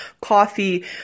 coffee